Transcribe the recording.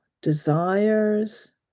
desires